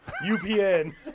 UPN